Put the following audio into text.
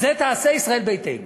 את זה תעשה ישראל ביתנו.